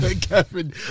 Kevin